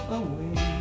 away